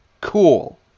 Cool